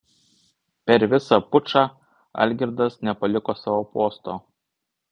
per visą pučą algirdas nepaliko savo posto